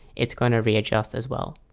it's going to readjust as well.